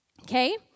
Okay